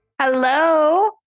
Hello